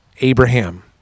Abraham